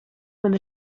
man